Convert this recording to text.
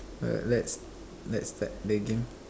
let's let's start the game